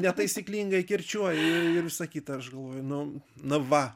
ar netaisyklingai kirčiuoji ir visa kita ir aš galvoju nu na va